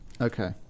Okay